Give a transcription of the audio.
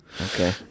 Okay